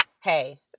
hey